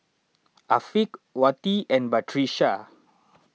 Afiq Wati and Batrisya